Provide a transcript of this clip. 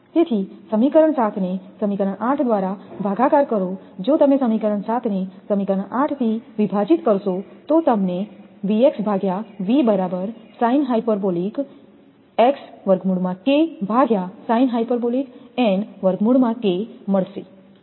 તેથીસમીકરણ 7 ને સમીકરણ 8 દ્વારા ભાગાકાર કરોજો તમે સમીકરણ 7ને સમીકરણ 8 થી વિભાજીત કરશો તો તમને મળશે